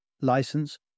license